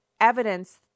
evidence